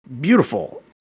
beautiful